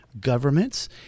governments